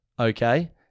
okay